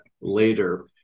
later